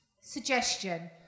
Suggestion